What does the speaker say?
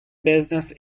business